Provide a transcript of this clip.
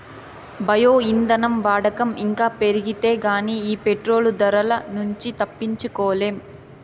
bio ఇంధనం వాడకం ఇంకా పెరిగితే గానీ ఈ పెట్రోలు ధరల నుంచి తప్పించుకోలేం